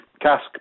cask